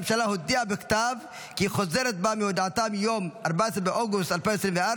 הממשלה הודיעה בכתב כי היא חוזרת בה מהודעתה מיום 14 באוגוסט 2024,